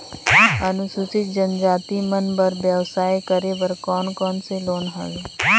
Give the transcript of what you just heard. अनुसूचित जनजाति मन बर व्यवसाय करे बर कौन कौन से लोन हवे?